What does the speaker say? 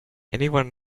anyone